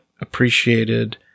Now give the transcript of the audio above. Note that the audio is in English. appreciated